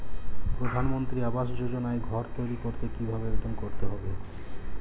প্রধানমন্ত্রী আবাস যোজনায় ঘর তৈরি করতে কিভাবে আবেদন করতে হবে?